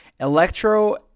electro